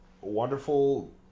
wonderful